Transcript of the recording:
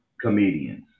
Comedians